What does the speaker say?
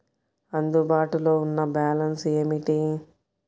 అందుబాటులో ఉన్న బ్యాలన్స్ ఏమిటీ?